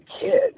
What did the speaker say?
kid